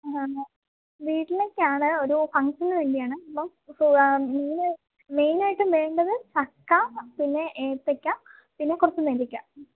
എന്നാന്നോ വീട്ടിലേക്കാണ് ഒരു ഫങ്ങ്ഷന് വേണ്ടിയാണ് ഇപ്പം മെയിന് ആയിട്ടും വേണ്ടത് ചക്ക പിന്നെ ഏത്തക്ക പിന്നെ കുറച്ച് നെല്ലിക്ക